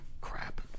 Crap